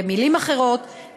במילים אחרות,